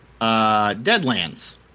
Deadlands